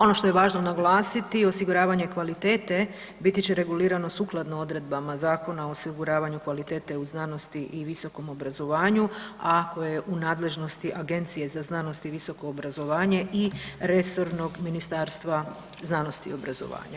Ono što je važno naglasiti, osiguravanje kvalitete biti će regulirano sukladno odredbama Zakona o osiguravanju kvalitete u znanosti i visokom obrazovanju, a ako je u nadležnosti Agencije za znanost i visoko obrazovanje i resornog Ministarstva znanosti i obrazovanja.